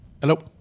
Hello